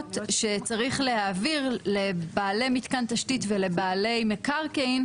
ההודעות שצריך להעביר לבעלי מתקן תשתית ולבעלי מקרקעין,